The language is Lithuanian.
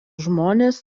žmonės